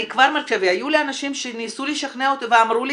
היו לי אנשים שניסו לשכנע אותי ואמרו לי